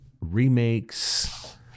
remakes